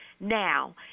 Now